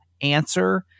answer